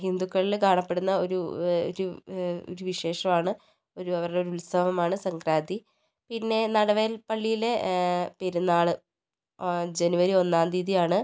ഹിന്ദുക്കളിൽ കാണപ്പെടുന്ന ഒരു ഒരു ഒരു വിശേഷമാണ് ഒരു അവരുടെ ഒരു ഉത്സവമാണ് സംക്രാന്തി പിന്നെ നടവേൽ പള്ളിയിലെ പെരുന്നാള് ജനുവരി ഒന്നാം തീയതിയാണ്